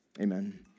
amen